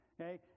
Okay